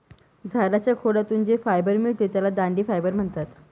झाडाच्या खोडातून जे फायबर मिळते त्याला दांडी फायबर म्हणतात